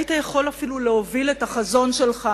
היית יכול אפילו להוביל את החזון שלך,